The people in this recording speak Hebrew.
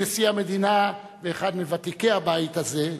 נשיא המדינה ואחד מוותיקי הבית הזה,